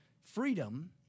Freedom